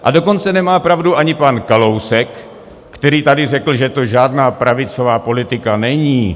A dokonce nemá pravdu ani pan Kalousek, který tady řekl, že to žádná pravicová politika není.